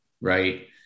right